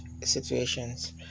situations